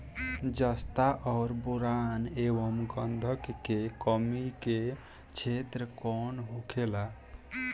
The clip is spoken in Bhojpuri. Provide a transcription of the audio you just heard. जस्ता और बोरान एंव गंधक के कमी के क्षेत्र कौन होखेला?